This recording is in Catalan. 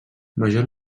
major